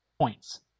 points